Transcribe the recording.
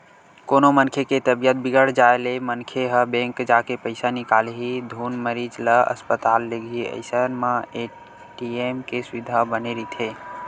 कोनो मनखे के तबीयत बिगड़ जाय ले मनखे ह बेंक जाके पइसा निकालही धुन मरीज ल अस्पताल लेगही अइसन म ए.टी.एम के सुबिधा बने रहिथे